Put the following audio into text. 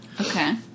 Okay